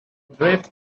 drift